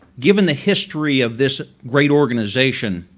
given the history of this great organization,